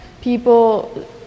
people